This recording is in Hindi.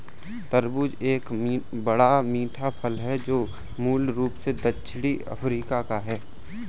तरबूज एक बड़ा, मीठा फल है जो मूल रूप से दक्षिणी अफ्रीका का है